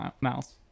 mouse